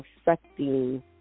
affecting